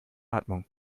atmung